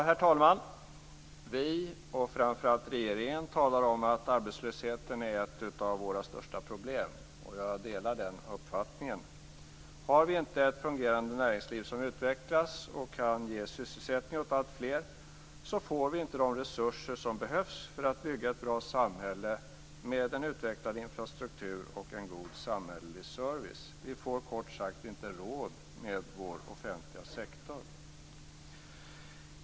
Herr talman! Vi, och framför allt regeringen, talar om att arbetslösheten är ett av våra största problem. Jag delar den uppfattningen. Har vi inte ett fungerande näringsliv som utvecklas och kan ge sysselsättning åt alltfler, får vi inte de resurser som behövs för att bygga ett bra samhälle med en utvecklad infrastruktur och en god samhällelig service. Vi får kort sagt inte råd med vår offentliga sektor.